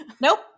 Nope